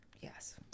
yes